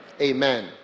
Amen